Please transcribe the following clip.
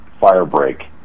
firebreak